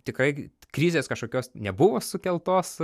tikrai krizės kažkokios nebuvo sukeltos